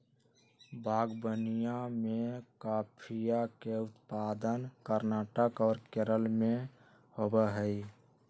बागवनीया में कॉफीया के उत्पादन कर्नाटक और केरल में होबा हई